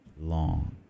long